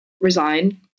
resign